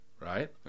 right